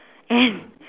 and